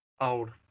old